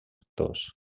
actors